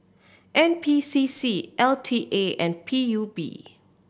N P C C L T A and P U B